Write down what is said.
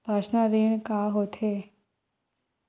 Personal ऋण का होथे?